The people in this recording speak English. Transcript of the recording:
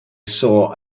saw